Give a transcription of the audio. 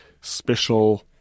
special